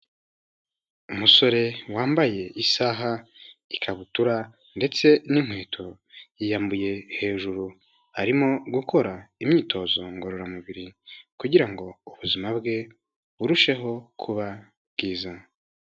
Umusore wambaye isaha, ikabutura ndetse n'inkweto yiyambuye hejuru arimo gukora imyitozo ngororamubiri kugira ngo ubuzima bwe burusheho kuba bwiza.